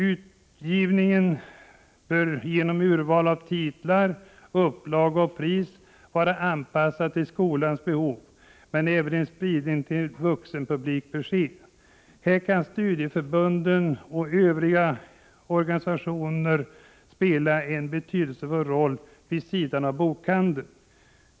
Utgivningen bör genom urval av titlar, upplaga och pris vara anpassad till skolans behov, men även en spridning till vuxenpublik bör ske. Här kan studieförbunden och övriga organisationer spela en betydelsefull roll vid sidan av bokhandeln.